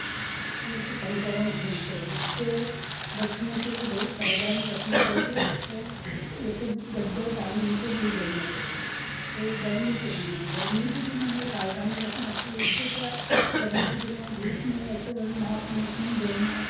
और उससे संक्रमण फैलते हैं इससे बचने के लिए बहुत सावधानी रखनी चाहिए और ऐसे गड्ढ़ों पानी इनसे दूर रहना चाहिए और गर्मी के दिनों में गर्मी के दिनों में सावधानी रखना चाहिए इससे क्या है गर्मी के दिनों में धूप में ऐसे और नाक में खून बहना